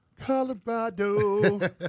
Colorado